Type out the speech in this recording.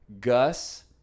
Gus